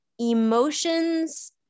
emotions